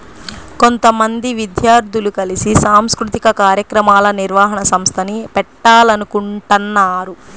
కొంతమంది విద్యార్థులు కలిసి సాంస్కృతిక కార్యక్రమాల నిర్వహణ సంస్థని పెట్టాలనుకుంటన్నారు